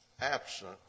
absent